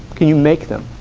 you make them